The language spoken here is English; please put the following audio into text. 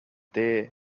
there